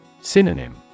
Synonym